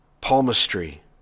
palmistry